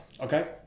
Okay